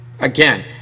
Again